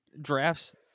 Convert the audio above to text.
drafts